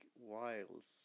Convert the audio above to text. Wiles